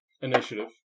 initiative